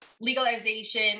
legalization